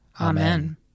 Amen